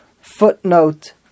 footnote